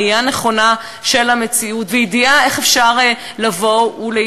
ראייה נכונה של המציאות וידיעה איך אפשר להתמודד.